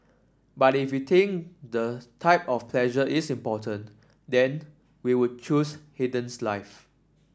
but if we think the type of pleasure is important then we would choose Haydn's life